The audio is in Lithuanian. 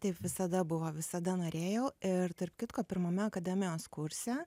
taip visada buvo visada norėjau ir tarp kitko pirmame akademijos kurse